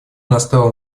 настало